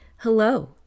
Hello